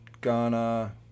Ghana